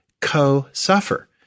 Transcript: co-suffer